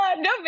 No